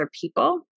people